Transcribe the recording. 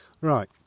Right